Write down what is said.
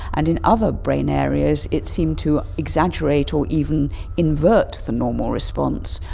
and in other brain areas it seemed to exaggerate or even invert the normal response,